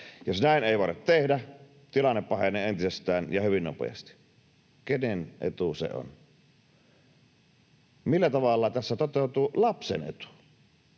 Jos näin ei voida tehdä, tilanne pahenee entisestään ja hyvin nopeasti. Kenen etu se on? Millä tavalla tässä toteutuu lapsen etu?